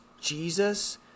Jesus